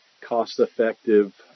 cost-effective